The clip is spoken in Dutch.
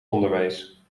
onderwijs